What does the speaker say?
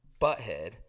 butthead